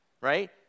right